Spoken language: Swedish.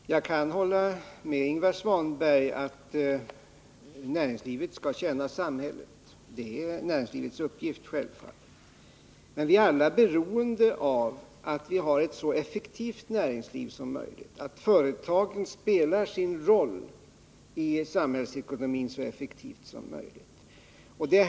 Herr talman! Jag kan hålla med Ingvar Svanberg om att näringslivet skall tjäna samhället. Det är självfallet näringslivets uppgift. Men vi är alla beroende av att ha ett så effektivt näringsliv som möjligt liksom att företagen spelar sin roll i samhällsekonomin så effektivt som möjligt.